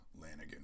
Lanigan